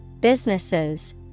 businesses